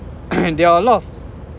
there are a lot of